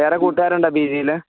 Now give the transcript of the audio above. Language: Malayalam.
വേറെ കൂട്ടുകാർ ഉണ്ടോ പി ജിയിൽ